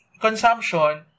consumption